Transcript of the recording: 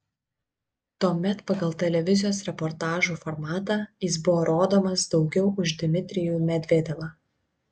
tuomet pagal televizijos reportažų formatą jis buvo rodomas daugiau už dmitrijų medvedevą